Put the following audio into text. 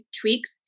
tweaks